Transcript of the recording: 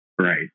right